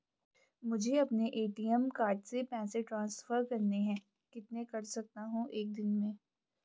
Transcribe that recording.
मुझे अपने ATM card से पैसे ट्रांसफर करने हैं कितने कर सकता हूँ एक दिन में?